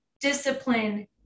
discipline